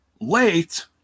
late